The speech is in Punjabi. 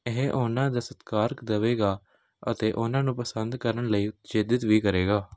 ਇਹ ਉਹਨਾਂ ਦਾ ਸਤਿਕਾਰ ਦੇਵੇਗਾ ਅਤੇ ਉਹਨਾਂ ਨੂੰ ਪਸੰਦ ਕਰਨ ਲਈ ਉਤੇਜਿਤ ਵੀ ਕਰੇਗਾ